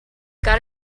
got